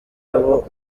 abo